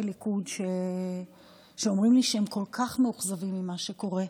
ליכוד שאומרים לי שהם כל כך מאוכזבים ממה שקורה.